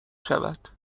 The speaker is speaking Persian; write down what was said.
شود